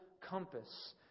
compass